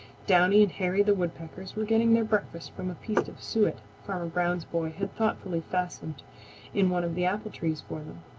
downy and hairy the woodpeckers were getting their breakfast from a piece of suet farmer brown's boy had thoughtfully fastened in one of the apple-trees for them.